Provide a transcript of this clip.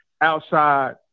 outside